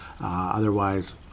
otherwise